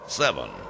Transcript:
seven